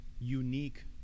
unique